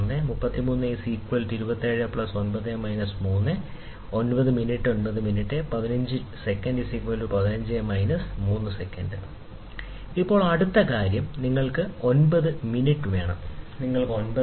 33 °≠ 27 ° 3 ° 1 ° 33 ° 27 ° 9 ° 3 ° 9 ' 9' 15 " 18" 3 " ഇപ്പോൾ അടുത്ത കാര്യം 9' നിങ്ങൾക്ക് വേണം നേരിട്ട് നിങ്ങൾക്ക് 9 ഉണ്ട്